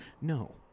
No